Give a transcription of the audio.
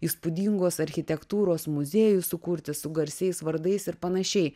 įspūdingos architektūros muziejų sukurti su garsiais vardais ir panašiai